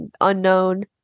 unknown